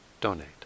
donate